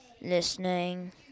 listening